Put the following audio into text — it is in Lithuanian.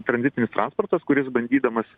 tranzitinis transportas kuris bandydamas